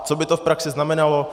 Co by to v praxi znamenalo?